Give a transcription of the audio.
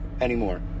anymore